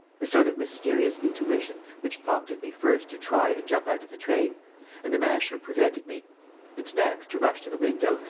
a sort of mysterious intuition which prompted me first to try and jump out of the train and the masher prevented me and next to rush to the window,